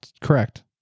correct